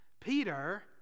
Peter